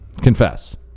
confess